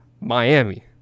Miami